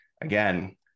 Again